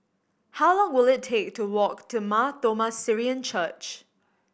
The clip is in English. how long will it take to walk to Mar Thoma Syrian Church